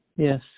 Yes